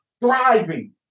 thriving